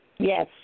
Yes